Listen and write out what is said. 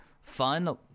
fun